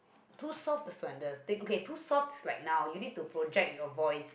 too soft is wonder okay too soft is like now you need to project your voice